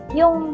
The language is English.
yung